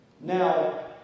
now